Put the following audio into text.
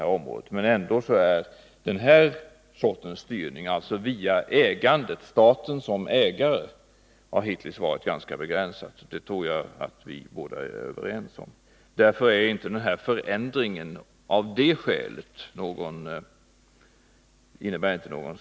Men den sorts styrning som utövas genom att staten är ägare har hittills varit ganska begränsad — det tror jag att vi båda är överens om. Därför är den nu aktuella förändringen inte någon stor förändring på detta område.